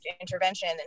intervention